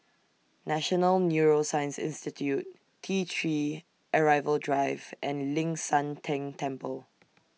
National Neuroscience Institute T three Arrival Drive and Ling San Teng Temple